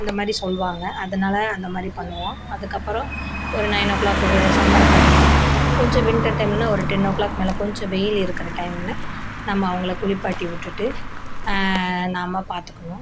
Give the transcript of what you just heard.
அந்தமாதிரி சொல்லுவாங்க அதனால் அந்த மாதிரி பண்ணுவோம் அதுக்கு அப்புறம் ஒரு நயனோ கிளாக்குக்கு சம்மர் டைம்ல கொஞ்சம் விண்டர் டைம்னா ஒரு டென்னோ கிளாக் மேலே கொஞ்சம் வெயில் இருக்கிற டைம்ல நம்ம அவங்கள குளிப்பாட்டி விட்டுட்டு நாம பார்த்துக்குணும்